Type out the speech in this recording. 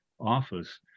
office